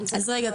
אז רגע,